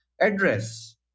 address